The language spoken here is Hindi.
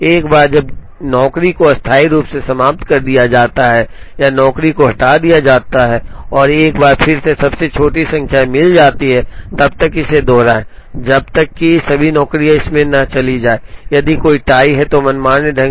एक बार जब नौकरी को अस्थायी रूप से समाप्त कर दिया जाता है या नौकरी को हटा दिया जाता है और एक बार फिर से सबसे छोटी संख्या मिल जाती है तब तक इसे दोहराएं जब तक कि सभी नौकरियां इसमें न चली जाएं यदि कोई टाई है तो मनमाने ढंग से तोड़ा जा सकता है